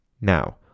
Now